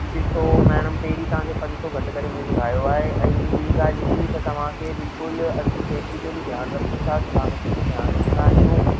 ॾिसो मैडम पहिरीं तव्हांखे पंज सौ घटि करे मूं ॿुधायो आहे ऐं ॿीं ॻाल्हि ई त तव्हांखे बिल्कुलु असीं सेफ्टी जो बि ध्यानु रखूं था सलामतीअ जो ध्यानु रखंदा आहियूं